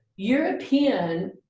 European